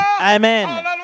Amen